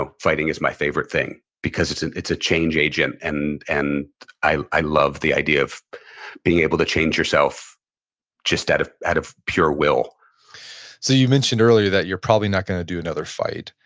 ah fighting is my favorite thing, because it's ah a change agent, and and i love the idea of being able to change yourself just out of out of pure will so, you mentioned earlier that you're probably not gonna do another fight,